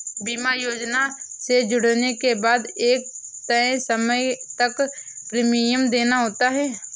बीमा योजना से जुड़ने के बाद एक तय समय तक प्रीमियम देना होता है